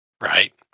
Right